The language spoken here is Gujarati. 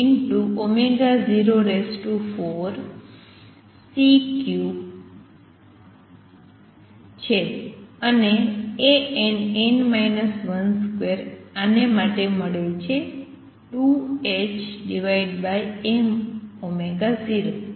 અને Ann 12માટે મને મળે છે 2ℏm0